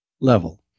level